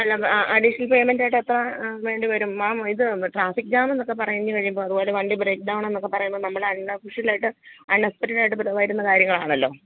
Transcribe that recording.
അല്ല additional payment ആയിട്ട് എത്ര വേണ്ടി വരും മാം ഇത് ട്രാഫിക് ജാം എന്നൊക്കെ പറഞ്ഞു കഴിയുമ്പോൾ അതുപോലെ വണ്ടി ബ്രെക്ഡൗൺ എന്നൊക്കെ പറയുമ്പം നമ്മൾ അൺഒഫിഷ്യൽ ആയിട്ട് അൺഎസ്പെക്ടഡ് ആയിട്ട് വരുന്ന കാര്യങ്ങളാണല്ലോ